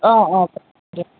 অ অ